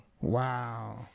Wow